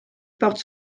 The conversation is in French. porte